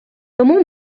тому